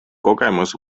kogemus